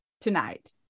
tonight